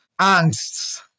angst